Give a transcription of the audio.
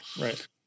Right